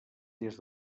des